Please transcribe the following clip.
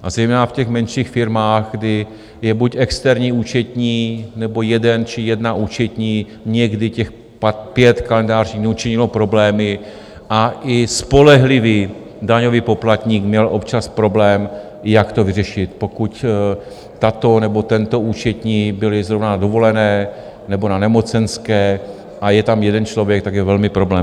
A zejména v menších firmách, kdy je buď externí účetní, nebo jeden či jedna účetní, někdy těch 5 kalendářních dnů činilo problémy, a i spolehlivý daňový poplatník měl občas problém, jak to vyřešit, pokud tato nebo tento účetní byli zrovna na dovolené nebo na nemocenské, a je tam jeden člověk, tak je velmi problém.